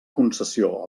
concessió